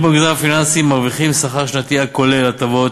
בכירים במגזר הפיננסי מרוויחים שכר שנתי הכולל הטבות,